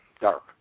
dark